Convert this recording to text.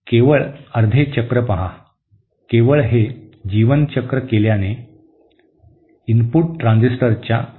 केवळ अर्धे चक्र पहा केवळ हे जीवन चक्र केल्याने इनपुट ट्रान्झिस्टरच्या संचालन भागात असते